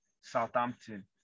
Southampton